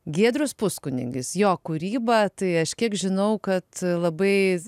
giedrius puskunigis jo kūryba tai aš kiek žinau kad labai